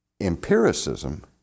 empiricism